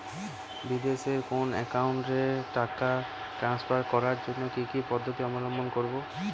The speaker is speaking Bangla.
বিদেশের কোনো অ্যাকাউন্টে টাকা ট্রান্সফার করার জন্য কী কী পদ্ধতি অবলম্বন করব?